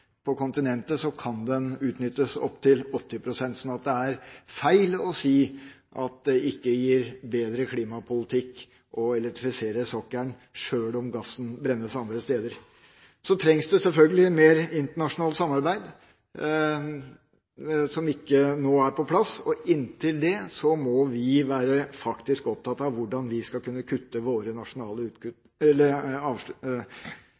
på kontinentet kan du utnytte den opp til 80 pst., så det er feil å si at det ikke gir bedre klimapolitikk å elektrifisere sokkelen, sjøl om gassen brennes andre steder. Så trengs det selvfølgelig mer internasjonalt samarbeid, som ikke nå er på plass. Inntil det må vi faktisk være opptatt av hvordan vi skal kunne kutte våre nasjonale